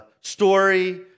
story